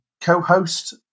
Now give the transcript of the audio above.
co-host